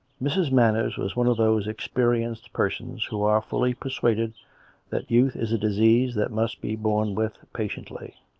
mrs. manners was one of those experienced persons who are fully persuaded that youth is a disease that must be borne with patiently.